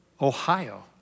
Ohio